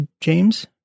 James